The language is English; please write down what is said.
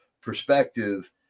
perspective